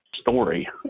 story